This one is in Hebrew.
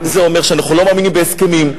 זה אומר שאנחנו לא מאמינים בהסכמים,